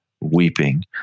weeping